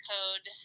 Code